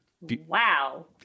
Wow